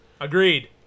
agreed